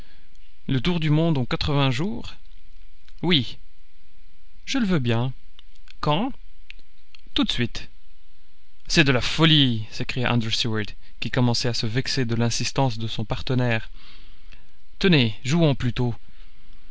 le tour du monde en quatre-vingts jours oui je le veux bien quand tout de suite c'est de la folie s'écria andrew stuart qui commençait à se vexer de l'insistance de son partenaire tenez jouons plutôt